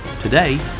Today